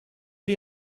vez